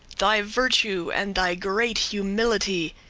thy virtue, and thy great humility,